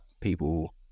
people